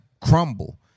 crumble